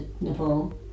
Nepal